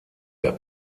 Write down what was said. der